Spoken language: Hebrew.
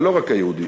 ולא רק היהודי.